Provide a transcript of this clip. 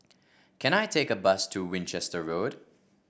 can I take a bus to Winchester Road